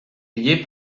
liées